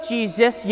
Jesus